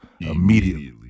immediately